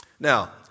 Now